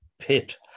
pit